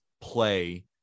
play